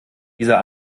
dieser